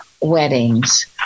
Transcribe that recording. weddings